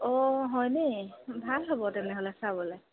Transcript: অঁ হয় নেকি ভাল হ'ব তেনেহ'লে চাবলৈ